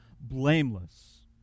blameless